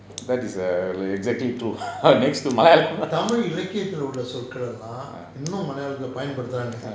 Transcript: that is err exactly to next to malayalam ah